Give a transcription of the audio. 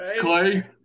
Clay